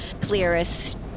clearest